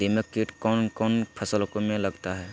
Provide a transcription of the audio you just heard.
दीमक किट कौन कौन फसल में लगता है?